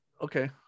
Okay